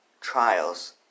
trials